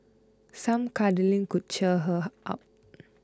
some cuddling could cheer her her up